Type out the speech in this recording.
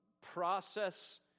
process